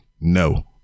no